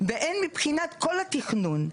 והן מבחינת כל התכנון.